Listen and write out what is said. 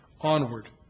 onward